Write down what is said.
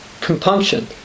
compunction